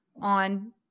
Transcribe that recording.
on